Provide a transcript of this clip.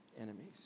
enemies